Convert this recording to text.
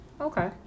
Okay